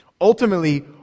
Ultimately